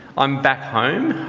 i'm back home.